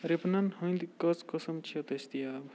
رِبَنن ہٕنٛدۍ کٔژ قٕسم چھِ دٔستِیاب